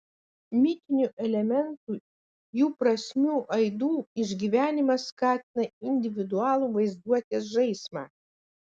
mitinių elementų jų prasmių aidų išgyvenimas skatina individualų vaizduotės žaismą